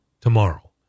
tomorrow